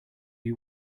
you